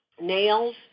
nails